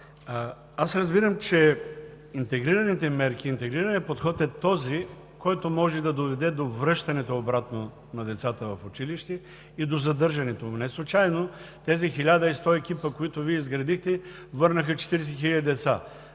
аз разбирам, че интегрираните мерки, интегрираният подход е този, който може да доведе до връщането обратно на децата в училище и до задържането им. Неслучайно тези 1100 екипа, които Вие изградихте, върнаха 40 хиляди деца,